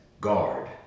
Guard